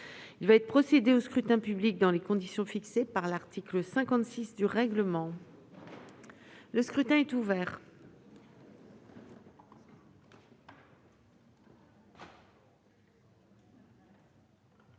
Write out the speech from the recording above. Il va être procédé au scrutin dans les conditions fixées par l'article 56 du règlement. Le scrutin est ouvert.